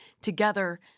together